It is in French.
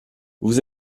vous